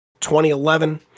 2011